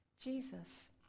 Jesus